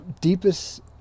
deepest